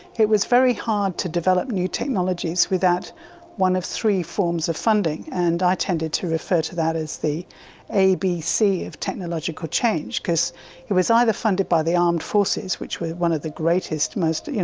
it was very hard to develop new technologies without one of three forms of funding, and i tended to refer to that as the a b c of technological change, because it was either funded by the armed forces, which were one of the greatest most, you know.